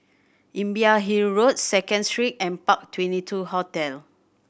Imbiah Hill Road Second Street and Park Twenty two Hotel